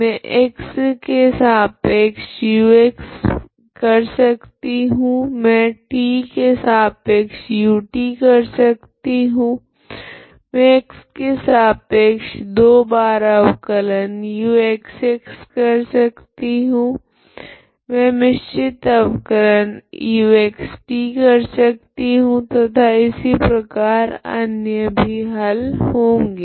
मैं x के सापेक्ष अवकलन कर सकती हूँ मैं t के सापेक्ष अवकलन कर सकती हूँ मैं x के सापेक्ष दो बार अवकलन कर सकती हूँ मैं मिश्रित अवकलन कर सकती हूँ तथा इसी प्रकार अन्य भी हल होगे